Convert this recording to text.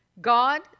God